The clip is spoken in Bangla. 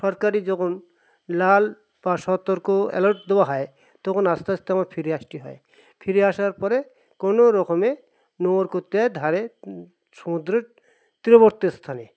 সরকারি যখন লাল বা সতর্ক অ্যালার্ট দেওয়া হয় তখন আস্তে আস্তে আমার ফিরে আসতে হয় ফিরে আসার পরে কোনো রকমে নোঙ্গর করতে ধারে সমুদ্রের তীরবর্তী স্থানে